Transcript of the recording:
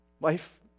Life